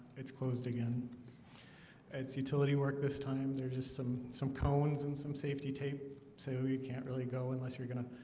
it's closed again its utility work this time. there's just some some cones and some safety tape say oh you can't really go unless you're gonna